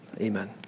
Amen